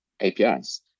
APIs